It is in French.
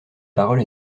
parole